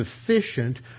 sufficient